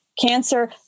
cancer